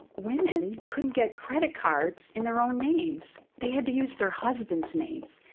women couldn't get credit cards in their own names. they had to use their husband's names.